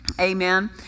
Amen